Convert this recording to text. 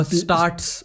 starts